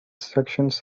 sessions